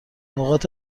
نقاط